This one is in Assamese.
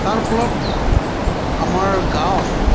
তাৰ ফলত আমাৰ গাঁৱত